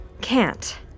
can't